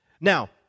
Now